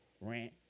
rant